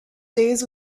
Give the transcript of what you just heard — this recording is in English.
days